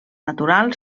natural